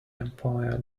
empire